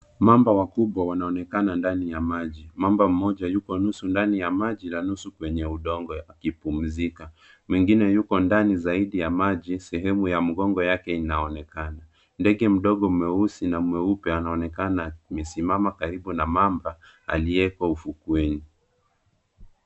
Mamba wakubwa wanaonekana ndani ya maji. Mamba mmoja yuko nusu ndani ya maji na nusu kwenye udongo akipumzika. Mwingine yuko ndani zaidi ya maji, sehemu ya mgongo yake inaonekana. Ndege mdogo mweusi na mweupe, anaonekana amesimama karibu na mamba aliyeko ufukweni.